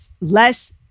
less